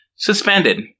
Suspended